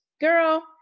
Girl